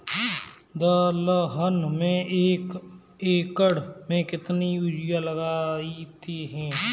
दलहन में एक एकण में कितनी यूरिया लगती है?